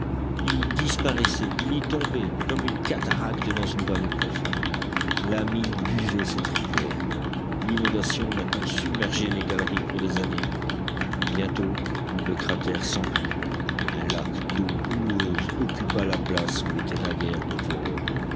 il y disparaissait il y tombait comme une cataracte dans une vallée profonde la mine buvait cette rivière l'inondation maintenant submergeait les galeries pour des années bientôt le cratère s'emplit un lac d'eau boueuse occupa la place où était naguère le